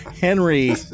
Henry